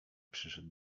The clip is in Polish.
przyszedł